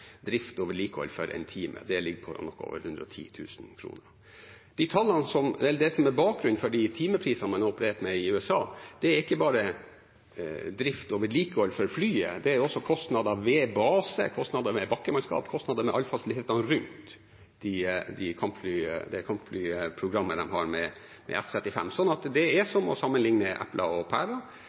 ligger på noe over 110 000 kr. Det som er bakgrunnen for de timeprisene man har operert med i USA, er ikke bare drift og vedlikehold for flyet, det er også kostnadene ved base, kostnader med bakkemannskap, kostnader med alle fasilitetene rundt det kampflyprogrammet de har for F-35. Så det er som å sammenligne epler og pærer. Luftforsvaret står ennå på at de regnestykkene de har, er riktige for kostnadene med å